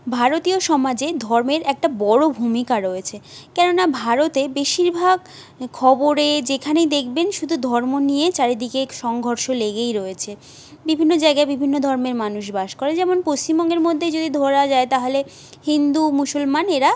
ভারতীয় সমাজে ধর্মের একটা বড়ো ভূমিকা রয়েছে কেন না ভারতে বেশিরভাগ খবরে যেখানেই দেখবেন শুধু ধর্ম নিয়ে চারিদিকে সংঘর্ষ লেগেই রয়েছে বিভিন্ন জায়গায় বিভিন্ন ধর্মের মানুষ বাস করে যেমন পশ্চিমবঙ্গের মধ্যে যদি ধরা যায় তাহলে হিন্দু মুসলমান এরা